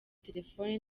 telefone